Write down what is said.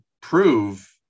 prove